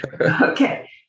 Okay